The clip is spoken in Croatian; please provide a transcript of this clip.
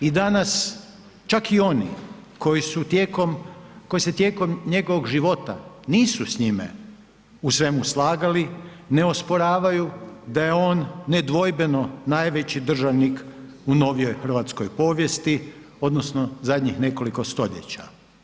I danas čak i oni koji se tijekom njegovog života nisu s njime u svemu slagali ne osporavaju da je on nedvojbeno najveći državnih u novijoj hrvatskoj povijesti odnosno zadnjih nekoliko stoljeća.